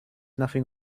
nothing